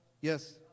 Yes